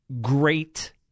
great